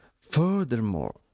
Furthermore